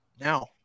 Now